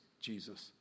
Jesus